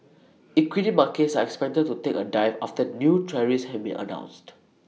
equity markets are expected to take A dive after new tariffs have been announced